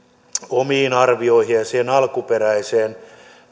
omiin arvioihin ja siihen alkuperäiseen